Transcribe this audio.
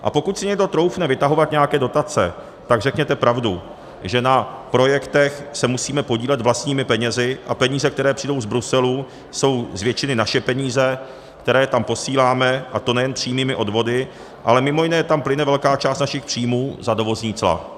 A pokud si někdo troufne vytahovat nějaké dotace, tak řekněte pravdu, že na projektech se musíme podílet vlastními penězi a peníze, které přijdou z Bruselu, jsou z většiny naše peníze, které tam posíláme, a to nejen přímými odvody, ale mimo jiné tam plyne velká část našich příjmů za dovozní cla.